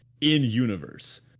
in-universe